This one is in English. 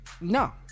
No